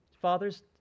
Fathers